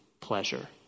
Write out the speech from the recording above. pleasure